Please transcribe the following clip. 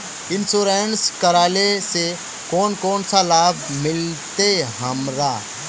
Insurance करेला से कोन कोन सा लाभ मिलते हमरा?